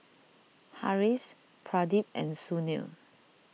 Haresh Pradip and Sunil